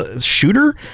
shooter